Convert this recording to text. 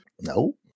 No